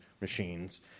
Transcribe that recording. machines